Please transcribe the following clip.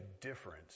difference